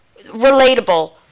Relatable